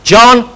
John